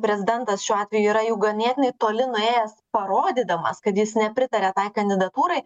prezidentas šiuo atveju yra jau ganėtinai toli nuėjęs parodydamas kad jis nepritaria tai kandidatūrai